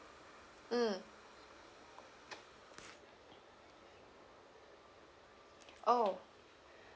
mm oh